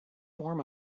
form